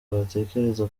batekereza